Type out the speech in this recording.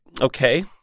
okay